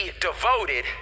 devoted